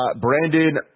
Brandon